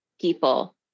people